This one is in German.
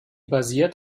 basiert